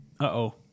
Uh-oh